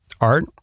Art